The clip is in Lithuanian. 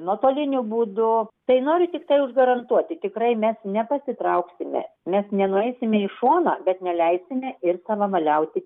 nuotoliniu būdu tai noriu tiktai užgarantuoti tikrai mes nepasitrauksime mes nenueisime į šoną bet neleisime ir savavaliauti